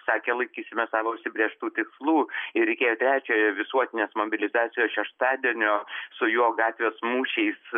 sakė laikysimės savo užsibrėžtų tikslų ir reikėjo trečiojo visuotinės mobilizacijos šeštadienio su jo gatvės mūšiais